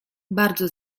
bardzo